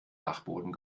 dachboden